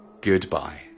Goodbye